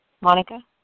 Monica